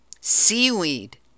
seaweed